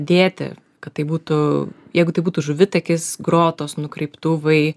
dėti kad tai būtų jeigu tai būtų žuvitakis grotos nukreiptuvai